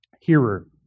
hearer